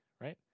right